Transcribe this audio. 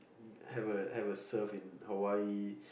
have a have a surf in Hawaii